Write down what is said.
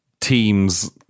teams